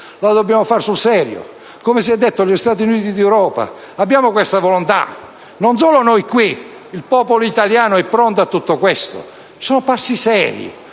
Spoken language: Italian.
Dobbiamo fare sul serio. Come è stato detto; dobbiamo fare gli Stati Uniti d'Europa. Abbiamo questa volontà? Non solo noi qui, ma il popolo italiano è pronto a tutto questo? Sono passi seri.